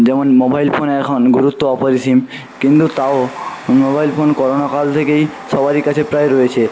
যেমন মোবাইল ফোনে এখন গুরুত্ব অপরিসীম কিন্তু তাও মোবাইল ফোন করোনাকাল থেকেই সবারই কাছে প্রায় রয়েছে